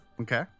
okay